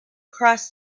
crossed